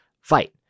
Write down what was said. fight